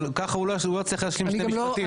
אבל ככה הוא לא יצליח להשלים שתי משפטים.